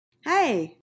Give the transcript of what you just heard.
Hey